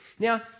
Now